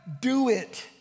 do-it